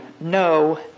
No